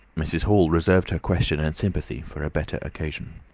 mrs. hall reserved her question and sympathy for a better occasion.